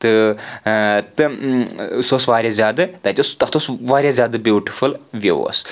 تہٕ تہٕ سُہ اوس واریاہ زیادٕ تَتہِ اوس تتھ اوس واریاہ زیادٕ بیوٗٹفُل وِیِو اوس